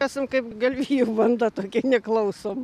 esam kaip galvijų banda tokie neklausom